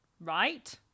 Right